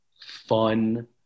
fun